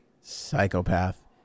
psychopath